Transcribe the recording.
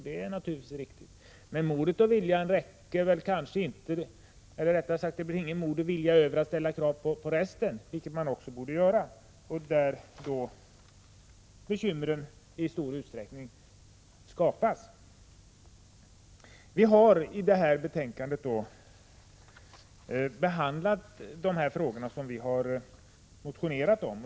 Det är naturligtvis riktigt, men det blir kanske inte något mod och någon vilja över för att ställa krav på resten, vilket man också borde göra på de områden där bekymren i stor utsträckning skapas. Jordbruksutskottet har i detta betänkande behandlat de frågor som vi har motionerat om.